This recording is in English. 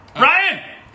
Ryan